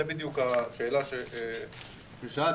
זאת בדיוק השאלה ששאלת,